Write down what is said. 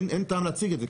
אין טעם להציג את זה,